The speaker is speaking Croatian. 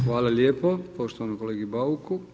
Hvala lijepo poštovanom kolegi Bauku.